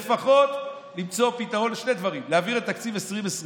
הוא לפחות למצוא פתרון לשני דברים: להעביר את תקציב 2020,